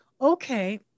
okay